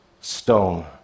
stone